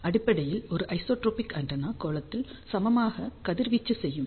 அடிப்படையில் ஒரு isotropic antenna கோளத்தில் சமமாக கதிர்வீச்சு செய்யும்